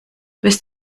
bis